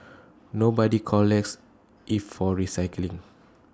nobody collects IT for recycling